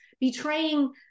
betraying